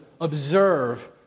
observe